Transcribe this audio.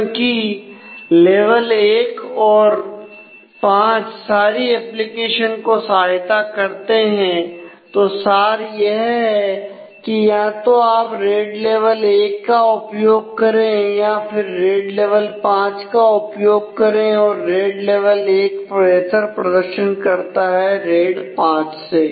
क्योंकी लेवल 1 और 5 सारी एप्लीकेशन को सहायता करते हैं तो सार यह है कि या तो आप रेड लेवल 1 का उपयोग करें या फिर रेड लेवल 5 का उपयोग करें और रेड लेवल 1 बेहतर प्रदर्शन करता है रेड 5 से